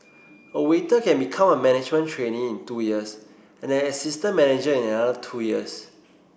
a waiter can become a management trainee in two years and an assistant manager in another two years